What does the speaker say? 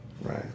Right